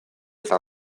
eta